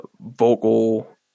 vocal